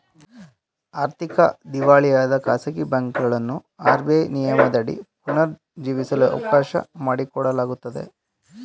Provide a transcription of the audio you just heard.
ಆರ್ಥಿಕ ದಿವಾಳಿಯಾದ ಖಾಸಗಿ ಬ್ಯಾಂಕುಗಳನ್ನು ಆರ್.ಬಿ.ಐ ನಿಯಮದಡಿ ಪುನರ್ ಜೀವಿಸಲು ಅವಕಾಶ ಮಾಡಿಕೊಡಲಾಗುತ್ತದೆ